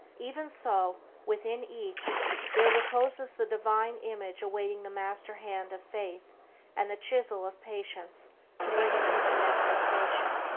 even so, within each there reposes the divine image awaiting the master-hand of faith and the chisel of patience to bring it into manifestation.